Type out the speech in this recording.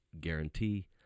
guarantee